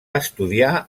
estudiar